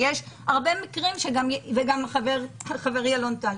וגם חברי אלון טל,